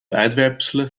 uitwerpselen